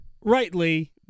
rightly